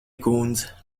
kundze